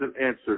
answer